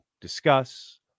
discuss